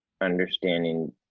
understanding